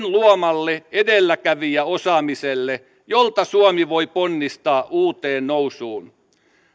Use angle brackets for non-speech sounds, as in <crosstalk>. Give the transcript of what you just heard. <unintelligible> luomalle edelläkävijäosaamiselle jolta suomi voi ponnistaa uuteen nousuun